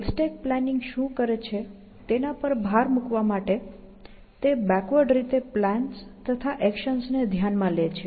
goal stack planning શું કરે છે તેના પર ભાર મૂકવા માટે તે બેકવર્ડ રીતે પ્લાન્સ તથા એક્શન્સ ને ધ્યાનમાં લે છે